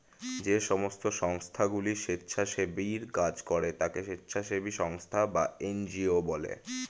যেই সমস্ত সংস্থাগুলো স্বেচ্ছাসেবীর কাজ করে তাকে স্বেচ্ছাসেবী সংস্থা বা এন জি ও বলে